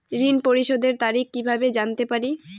ঋণ পরিশোধের তারিখ কিভাবে জানতে পারি?